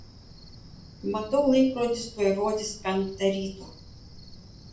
matau laikrodis tuoj rodys penktą ryto